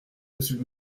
monsieur